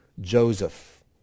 Joseph